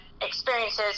experiences